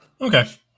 Okay